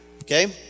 okay